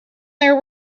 there